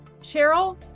Cheryl